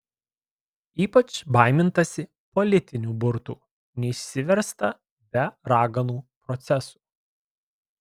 ypač baimintasi politinių burtų neišsiversta be raganų procesų